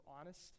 honest